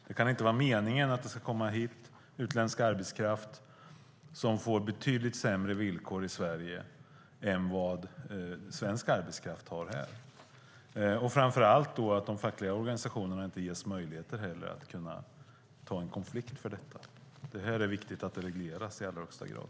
Det kan inte vara meningen att utländsk arbetskraft ska komma hit och få betydligt sämre villkor i Sverige än vad svensk arbetskraft har. Framför allt kan det inte vara meningen att de fackliga organisationerna inte ges möjlighet att ta en konflikt gällande detta. Det är i allra högsta grad viktigt att det här regleras.